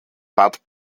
bad